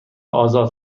آزاد